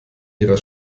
ihrer